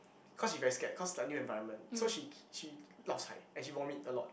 cause she very scared cause like new environment so she she lao sai and she vomit a lot